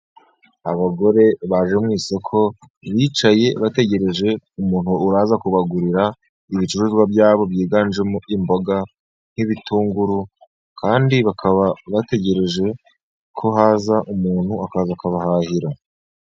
Abagore baje mu isoko bicaye bategereje umuntu uraza kubagurira, ibicuruzwa byabo byiganjemo imboga, nk'ibitunguru kandi bakaba bategereje ko haza umuntu akaza akabahahira.